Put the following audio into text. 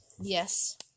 Yes